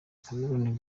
cameroon